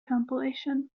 compilation